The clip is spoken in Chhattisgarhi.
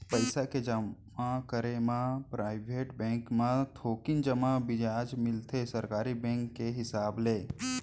पइसा के जमा करे म पराइवेट बेंक म थोकिन जादा बियाज मिलथे सरकारी बेंक के हिसाब ले